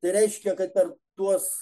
tai reiškia kad per tuos